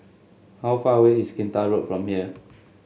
how far away is Kinta Road from here